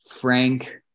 Frank